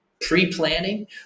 pre-planning